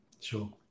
Sure